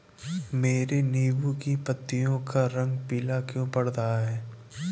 मेरे नींबू की पत्तियों का रंग पीला क्यो पड़ रहा है?